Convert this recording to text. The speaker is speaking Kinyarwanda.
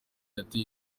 yateye